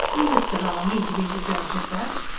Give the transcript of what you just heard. you must allow me to be the judge of that.